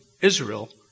Israel